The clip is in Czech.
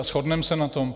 Shodneme se na tom?